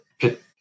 pit